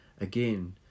again